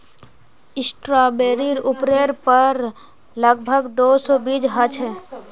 स्ट्रॉबेरीर उपरेर पर लग भग दो सौ बीज ह छे